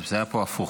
זה היה פה הפוך.